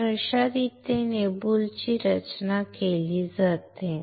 तर अशा रीतीने बुलची रचना केली जाते